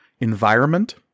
Environment